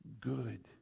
good